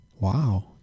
Wow